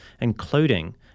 including